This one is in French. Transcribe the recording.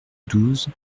douze